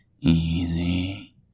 Easy